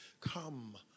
Come